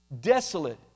Desolate